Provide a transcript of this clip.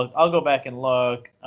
um i'll go back and look.